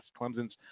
Clemson's